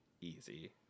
easy